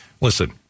Listen